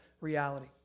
reality